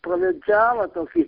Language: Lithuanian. provincialą tokį